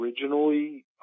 originally